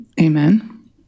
Amen